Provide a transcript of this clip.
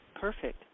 Perfect